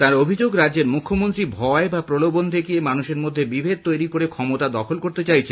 তাঁর অভিযোগ রাজ্যের মুখ্যমন্ত্রী ভয় বা প্রলোভন দেখিয়ে মানুষের মধ্যে বিভেদ তৈরি করে ক্ষমতা দখল করতে চাইছেন